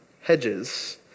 Hedges